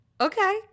okay